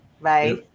Bye